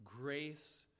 grace